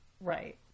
right